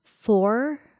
four